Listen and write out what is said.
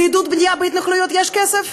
לעידוד בנייה בהתנחלויות יש כסף,